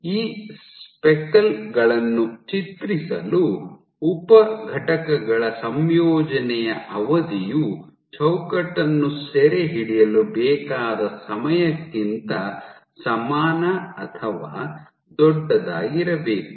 ಈ ಸ್ಪೆಕಲ್ ಗಳನ್ನು ಚಿತ್ರಿಸಲು ಉಪ ಘಟಕಗಳ ಸಂಯೋಜನೆಯ ಅವಧಿಯು ಚೌಕಟ್ಟನ್ನು ಸೆರೆಹಿಡಿಯಲು ಬೇಕಾದ ಸಮಯಕ್ಕಿಂತ ಸಮಾನ ಅಥವಾ ದೊಡ್ಡದಾಗಿರಬೇಕು